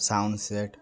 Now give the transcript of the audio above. sound set